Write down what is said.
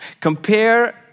Compare